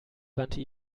wandte